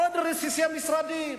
עוד רסיסי משרדים.